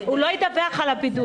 הוא לא ידווח על הבידוד.